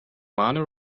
money